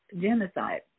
genocide